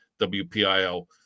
WPIL